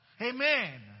Amen